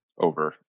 over